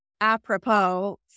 apropos